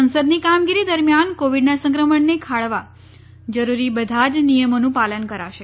સંસદની કામગીરી દરમિયાન કોવિડના સંક્રમણને ખાળવા જરૂરી બધા જ નિયમોનું પાલન કરાશે